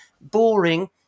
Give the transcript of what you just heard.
boring